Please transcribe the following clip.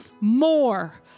more